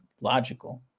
logical